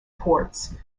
ports